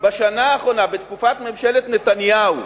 בתקופת ממשלת נתניהו.